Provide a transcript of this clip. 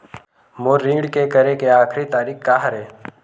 मोर ऋण के करे के आखिरी तारीक का हरे?